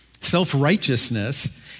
self-righteousness